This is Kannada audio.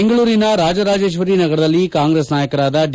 ಬೆಂಗಳೂರಿನ ರಾಜರಾಜೇಶ್ವರಿ ನಗರದಲ್ಲಿ ಕಾಂಗ್ರೆಸ್ ನಾಯಕರಾದ ಡಿ